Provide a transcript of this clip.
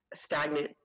stagnant